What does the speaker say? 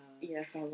Yes